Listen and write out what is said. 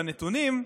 בנתונים,